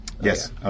Yes